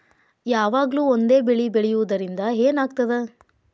ಯಾವಾಗ್ಲೂ ಒಂದೇ ಬೆಳಿ ಬೆಳೆಯುವುದರಿಂದ ಏನ್ ಆಗ್ತದ?